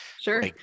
Sure